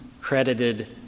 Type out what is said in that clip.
credited